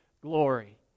glory